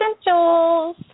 Essentials